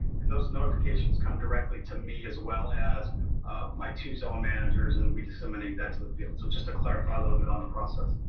and those notifications come directly to me as well as my two zone managers, and we disseminate that to the field. so just to clarify a little bit on the process.